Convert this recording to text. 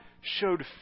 showed